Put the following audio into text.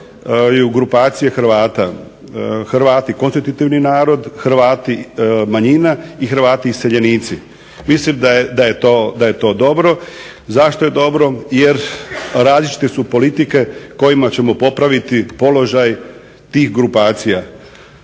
Hrvati konstitutivni narod, Hrvati manjina i Hrvati iseljenici. Mislim da je to dobro. Zašto je dobro? Jer različite su politike kojima ćemo popraviti položaj tih grupacija.